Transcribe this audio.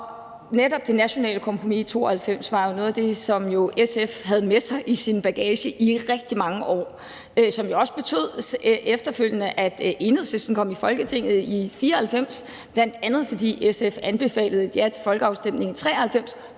netop det nationale kompromis i 1992 var noget af det, som SF havde med sig i sin bagage i rigtig mange år. Og det betød jo også efterfølgende, at Enhedslisten kom i Folketinget i 1994, bl.a. fordi SF anbefalede et ja til folkeafstemningen i 1993